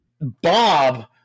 Bob